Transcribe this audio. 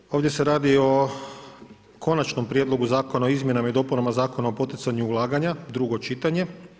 Dakle, ovdje se radi o Konačnom prijedlogu zakona o izmjenama i dopunama Zakona o poticanju ulaganja, drugo čitanje.